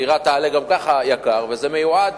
הדירה גם ככה תעלה ביוקר, וזה מיועד